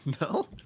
No